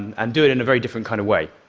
and do it in a very different kind of way.